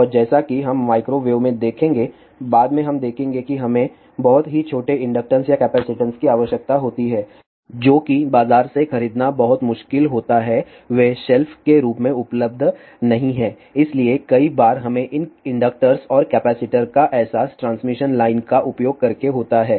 और जैसा कि हम माइक्रोवेव में देखेंगे बाद में हम देखेंगे कि हमें बहुत ही छोटे इन्डकटन्स या कैपेसिटेंस की आवश्यकता होती है जो कि बाजार से खरीदना बहुत मुश्किल होता है वे शेल्फ के रूप में उपलब्ध नहीं हैं इसलिए कई बार हमें इन इंडक्टर्स और कैपेसिटर का एहसास ट्रांसमिशन लाइन का उपयोग करके होता है